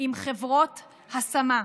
עם חברות השמה,